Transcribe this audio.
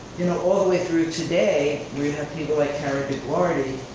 you know all the way through today where you have people like kara guardi